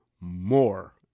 More